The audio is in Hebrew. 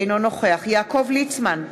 אינו נוכח יעקב ליצמן,